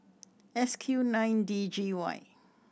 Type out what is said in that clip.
S Q nine D G Y